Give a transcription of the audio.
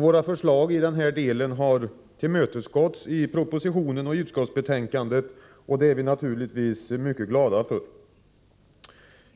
Våra förslag i denna del har tillmötesgåtts i propositionen och i utskottsbetänkandet, vilket vi naturligtvis är mycket glada över.